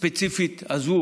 הספציפית הזאת